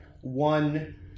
one